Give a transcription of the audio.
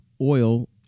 oil